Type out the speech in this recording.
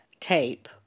tape